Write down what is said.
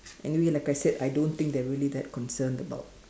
anyway like I said I don't think they are really that concerned about